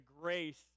grace